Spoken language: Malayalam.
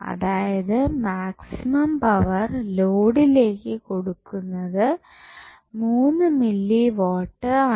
അതായത് മാക്സിമം പവർ ലോഡിലേക്ക് കൊടുക്കുന്നത് മൂന്ന് മില്ലി വാട്ട് ആണ്